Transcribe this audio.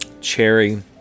cherry